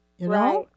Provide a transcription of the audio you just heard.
Right